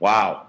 Wow